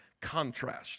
contrast